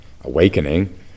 awakening